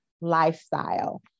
lifestyle